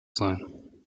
sein